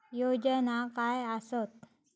योजना काय आसत?